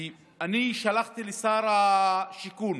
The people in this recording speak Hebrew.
אני שלחתי לשר השיכון